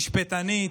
משפטנית,